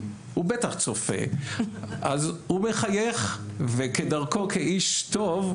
הוא בטח צופה אז הוא מחייך וכדרכו כאיש טוב,